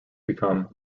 become